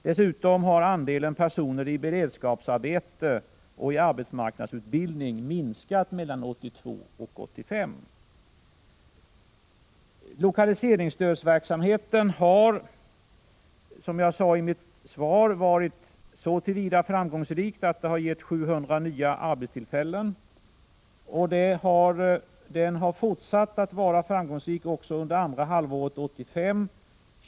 Dessutom har andelen personer i beredskapsarbete och i arbetsmarknadsutbildning minskat mellan åren 1982 och 1985. Lokaliseringsstödsverksamheten har, som jag sade i mitt svar, varit så till vida framgångsrik att den har gett 700 nya arbetstillfällen. Den har fortsatt att vara framgångsrik också under andra halvåret 1985.